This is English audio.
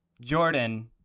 Jordan